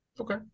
Okay